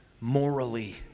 morally